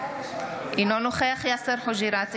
אינו נוכח יאסר חוג'יראת,